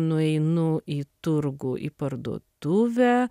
nueinu į turgų į parduotuvę